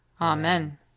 Amen